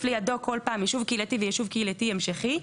לידו כל פעם יישוב קהילתי ויישוב קהילתי המשכי,